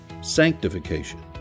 sanctification